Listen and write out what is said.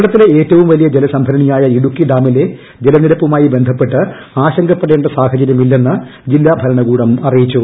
കേരളത്തിലെ ഏറ്റവും വലിയ ജലസംഭരണിയായ ഇടുക്കി ഡാമിലെ ജലനിരപ്പുമായി ബന്ധപ്പെട്ട് ആശങ്കപ്പെടേണ്ട സാഹചര്യമില്ലെന്ന് ജില്ലാ ഭരണകൂടം അറിയിച്ചു